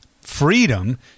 freedom